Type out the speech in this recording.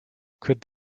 could